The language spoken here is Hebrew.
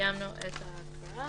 סיימנו את ההקראה.